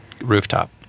Rooftop